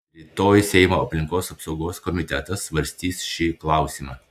rytoj seimo aplinkos apsaugos komitetas svarstys šį klausimą